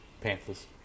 Panthers